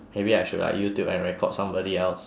maybe I should like youtube and record somebody else